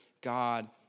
God